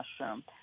mushroom